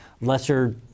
lesser